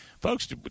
Folks